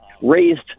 raised